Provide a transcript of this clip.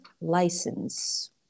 license